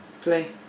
play